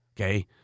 Okay